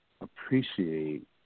appreciate